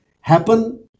happen